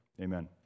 Amen